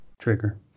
trigger